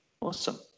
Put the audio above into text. Awesome